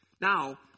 Now